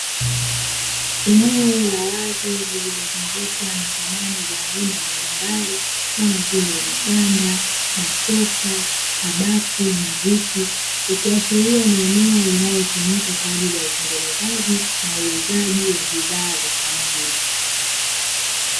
Eneo la wazi limezungukwa mna samani za aina mbalimbali kama vile vitanda ,masofa, kabati na viti, ikiashiria ni eneo linalotumika kwaajili ya utengenezaji na uuzaji wa bidhaa za samani.